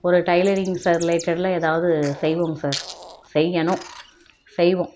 ஒரு tailoring side ரிலேட்டட்டில் ஏதாவது செய்வோங்க சார் செய்யணும் செய்வோம்